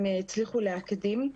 הם הצליחו להקדים.